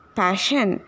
passion